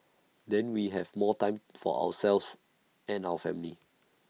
then we have more time for ourselves and our family